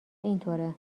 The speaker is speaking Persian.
اینطوره